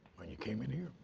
when you came in here.